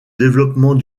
développement